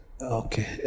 Okay